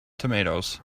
tomatoes